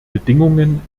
bedingungen